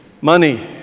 Money